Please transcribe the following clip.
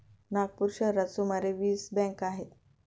नागपूर शहरात सुमारे वीस बँका आहेत